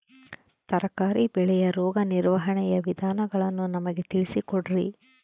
ತರಕಾರಿ ಬೆಳೆಯ ರೋಗ ನಿರ್ವಹಣೆಯ ವಿಧಾನಗಳನ್ನು ನಮಗೆ ತಿಳಿಸಿ ಕೊಡ್ರಿ?